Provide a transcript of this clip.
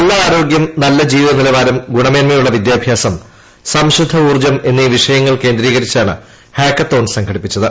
നല്ല ആരോഗ്യം നല്ല ജീവിത നിലവാരം ഗുണമേന്മയുള്ള വിദ്യാഭ്യാസം സംശുദ്ധ ഊർജ്ജം എന്നീ വിഷയ്ക്കുങ്ങൾ കേന്ദ്രീകരിച്ചാണ് ഹാക്കത്തോൺ സംഘടിപ്പിച്ചത്